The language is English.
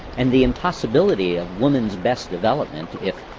and the impossibility of woman's best development if,